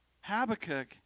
Habakkuk